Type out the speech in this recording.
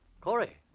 Corey